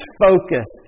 focus